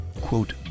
quote